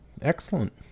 Excellent